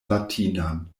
latinan